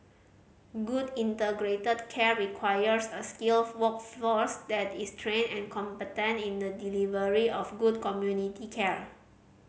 good integrated care requires a skilled workforce that is trained and competent in the delivery of good community care